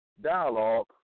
Dialogue